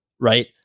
right